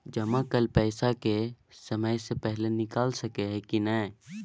जमा कैल पैसा के समय से पहिले निकाल सकलौं ह की नय?